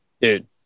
Dude